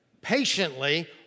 patiently